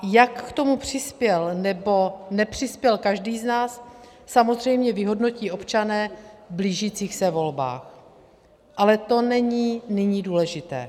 Jak k tomu přispěl nebo nepřispěl každý z nás, samozřejmě vyhodnotí občané v blížících se volbách, ale to není nyní důležité.